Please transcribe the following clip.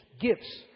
gifts